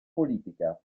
politica